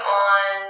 on